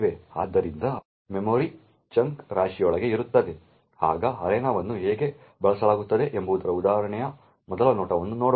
ಆದ್ದರಿಂದ ಮೆಮೊರಿ ಚಂಕ್ಗಳು ರಾಶಿಯೊಳಗೆ ಇರುತ್ತವೆ ಈಗ ಅರೆನಾವನ್ನು ಹೇಗೆ ಬಳಸಲಾಗುತ್ತದೆ ಎಂಬುದರ ಉದಾಹರಣೆಯ ಮೊದಲ ನೋಟವನ್ನು ನೋಡೋಣ